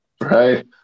Right